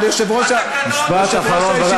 בבקשה, משפט אחרון.